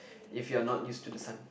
if you are not used to the sun